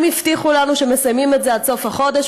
הם הבטיחו לנו שהם מסיימים את זה עד סוף החודש,